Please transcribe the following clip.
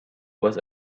was